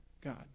God